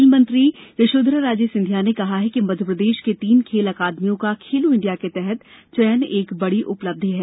खेल मंत्री यशोधरा राजे सिंधिया ने कहा कि मध्यप्रदेश के तीन खेल अकादमियों का खेलो इंडिया के तहत चयन एक बड़ी उपलब्धि है